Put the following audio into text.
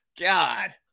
god